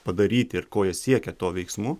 padaryti ir ko jie siekia tuo veiksmu